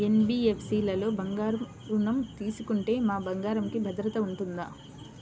NBFC లలో బంగారు ఋణం తీసుకుంటే మా బంగారంకి భద్రత ఉంటుందా?